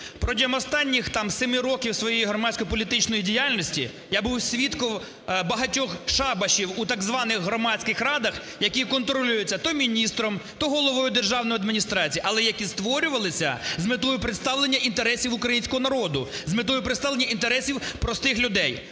Протягом останніх там 7 років своєї громадської політичної діяльності я був свідком багатьох шабашів у так званих громадських радах, які контролюються то міністром, то головою державної адміністрації, але, які створювалися з метою представлення інтересів українського народу, з метою представлення інтересів простих людей.